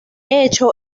hecho